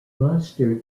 luster